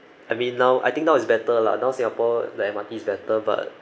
I mean now I think now it's better lah now singapore the M_R_T is better but